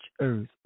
earth